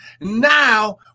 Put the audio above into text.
Now